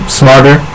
smarter